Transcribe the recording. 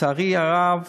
לצערי הרב,